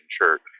church